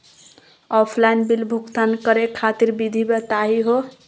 Offline bill भुगतान करे खातिर विधि बताही हो?